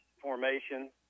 formation